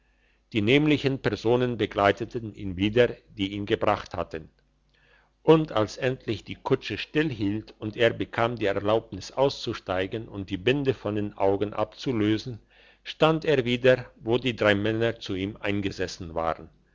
die nämlichen personen begleiteten ihn wieder die ihn gebracht hatten und als endlich die kutsche stillehielt und er bekam die erlaubnis auszusteigen und die binde von den augen abzulösen stand er wieder wo die drei männer zu ihm eingesessenes waren